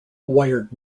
wired